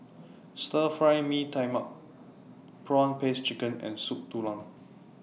Stir Fry Mee Tai Mak Prawn Paste Chicken and Soup Tulang